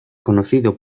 conocido